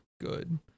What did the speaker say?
good